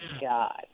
God